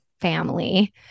family